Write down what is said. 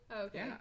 okay